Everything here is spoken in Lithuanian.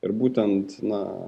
ir būtent na